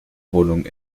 wohnung